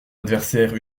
adversaire